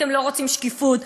אתם לא רוצים שקיפות.